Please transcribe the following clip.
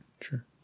Sure